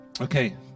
Okay